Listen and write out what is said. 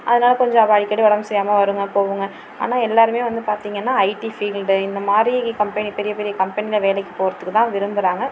அதனால கொஞ்சம் அடிக்கடி உடம் சரியாம வருங்க போவுங்க ஆனால் எல்லாருமே வந்து பார்த்திங்கனா ஐடி ஃபீல்டு இந்த மாதிரி கம்பெனி பெரிய பெரிய கம்பெனியில வேலைக்கு போகிறதுக்கு தான் விரும்புறாங்க